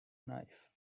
knife